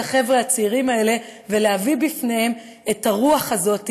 החבר'ה הצעירים האלה ולהביא לפניהם את הרוח הזאת,